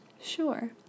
Sure